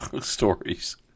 stories